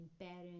parents